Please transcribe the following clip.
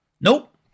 Nope